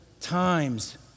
times